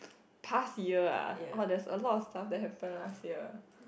past year ah !wah! there's a lot of stuff happen last year